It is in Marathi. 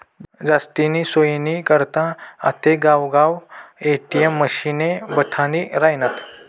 जास्तीनी सोयनी करता आते गावगाव ए.टी.एम मशिने बठाडी रायनात